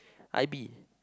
I_B